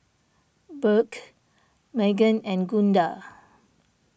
Burke Meggan and Gunda